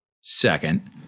Second